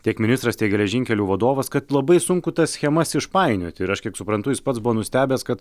tiek ministras tiek geležinkelių vadovas kad labai sunku tas schemas išpainioti ir aš kiek suprantu jis pats buvo nustebęs kad